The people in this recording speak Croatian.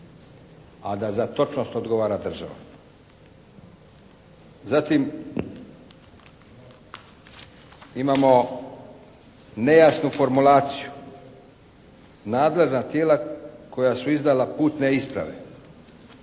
a da za točnost odgovara država. Zatim imamo nejasnu formulaciju. Nadležna tijela koja su izdala putne isprave.